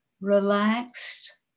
Relaxed